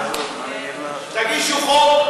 תגישו חוק,